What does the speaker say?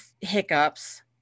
hiccups